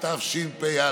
התשפ"א.